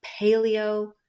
paleo